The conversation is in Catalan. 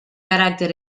caràcter